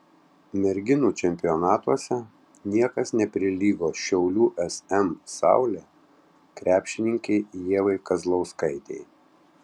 merginų čempionatuose niekas neprilygo šiaulių sm saulė krepšininkei ievai kazlauskaitei